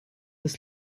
das